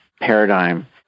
paradigm